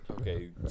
Okay